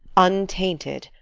untainted,